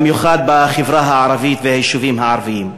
במיוחד בחברה הערבית וביישובים הערביים.